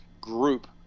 group